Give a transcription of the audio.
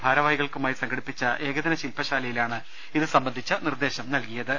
ഭാരവാഹികൾക്കുമായി സംഘടിപ്പിച്ച ഏകദിന ശിൽപശാലയിലാണ് ഇത് സംബന്ധിച്ച് നിർദേശം നൽകിയത്